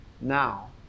now